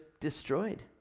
destroyed